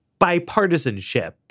bipartisanship